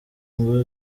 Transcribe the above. ngo